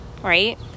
right